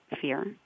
fear